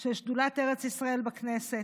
של שדולת ארץ ישראל בכנסת.